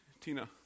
Tina